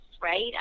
right